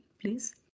please